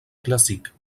classique